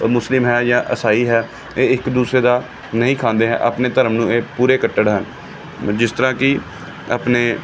ਮੁਸਲਿਮ ਹੈ ਜਾਂ ਈਸਾਈ ਹੈ ਇਹ ਇੱਕ ਦੂਸਰੇ ਦਾ ਨਹੀਂ ਖਾਂਦੇ ਹੈ ਆਪਣੇ ਧਰਮ ਨੂੰ ਇਹ ਪੂਰੇ ਕੱਟੜ ਹਨ ਜਿਸ ਤਰ੍ਹਾਂ ਕਿ ਆਪਣੇ